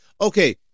Okay